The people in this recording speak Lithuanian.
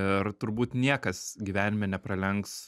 ir turbūt niekas gyvenime nepralenks